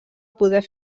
poder